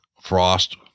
frost